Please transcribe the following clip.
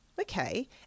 okay